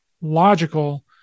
logical